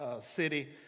city